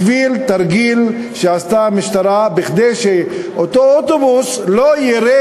בשביל תרגיל שעשתה המשטרה כדי שאותו אוטובוס לא יראה